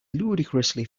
ludicrously